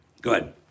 Good